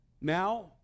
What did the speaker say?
Now